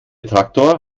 traktor